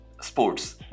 sports